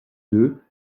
deux